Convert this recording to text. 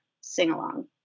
sing-along